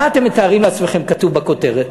מה אתם מתארים לעצמכם כתוב בכותרת?